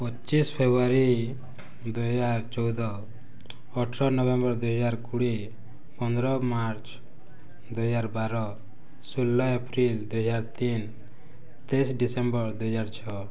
ପଚିଶ ଫେବୃୟାରୀ ଦୁଇ ହଜାର ଚଉଦ ଅଠର ନଭେମ୍ବର୍ ଦୁଇ ହଜାର କୋଡ଼ିଏ ପନ୍ଦର ମାର୍ଚ୍ଚ ଦୁଇ ହଜାର ବାର ଷୋହଳ ଏପ୍ରିଲ୍ ଦୁଇ ହଜାର ତିନି ତେଇଶ ଡିସେମ୍ବର୍ ଦୁଇ ହଜାର ଛଅ